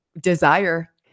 desire